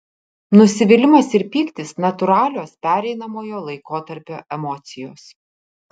nusivylimas ir pyktis natūralios pereinamojo laikotarpio emocijos